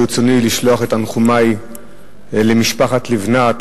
ברצוני לשלוח את תנחומי למשפחת לבנת,